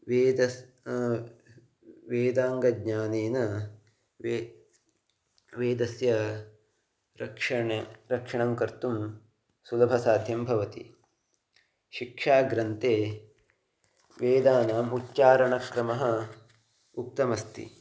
वेदस्य वेदाङ्गज्ञानेन वा वेदस्य रक्षणं रक्षणं कर्तुं सुलभसाध्यं भवति शिक्षा ग्रन्थे वेदानाम् उच्चारणक्षमः उक्तमस्ति